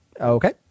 Okay